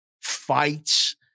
Fights